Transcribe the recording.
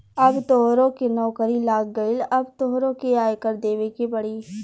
अब तोहरो नौकरी लाग गइल अब तोहरो के आय कर देबे के पड़ी